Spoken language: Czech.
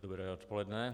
Dobré odpoledne.